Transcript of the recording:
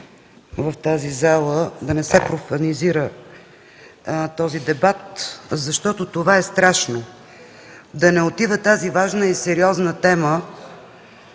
в тази зала да не се профанизира този дебат. Защото това е страшно – тази важна и сериозна тема